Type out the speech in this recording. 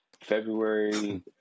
February